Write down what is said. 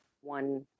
one